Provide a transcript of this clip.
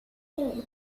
hey